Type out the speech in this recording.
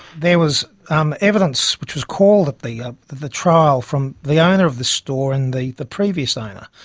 there was um evidence which was called at the ah the trial from the owner of the store and the the previous owner,